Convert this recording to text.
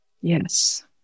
Yes